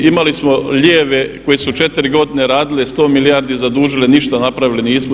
Imali smo lijeve koji su četiri godine radile, sto milijardi zadužile, ništa napravili nismo.